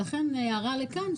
ולכן הערה לכאן,